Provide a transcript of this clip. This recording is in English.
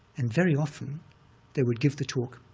and very often they would give the talk,